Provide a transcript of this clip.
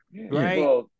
Right